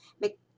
make